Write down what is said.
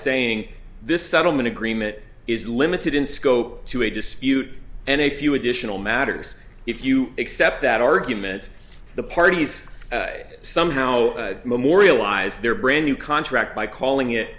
saying this settlement agreement is limited in scope to a dispute and a few additional matters if you accept that argument the parties somehow memorialize their brand new contract by calling it